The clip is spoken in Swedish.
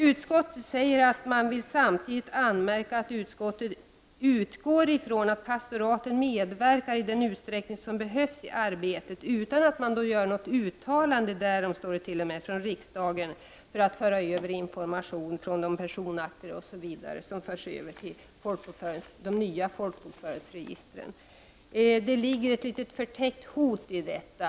Utskottet framhåller: ”Utskottet vill samtidigt anmärka att utskottet utgår från att pastoraten — utan något uttalande därom från riksdagen — medverkar i den utsträckning som behövs i arbetet med att föra över informationen från de personakter som förs i dag till de nya datorbaserade folkbokföringsregistren.” Det ligger ett litet förtäckt hot i detta!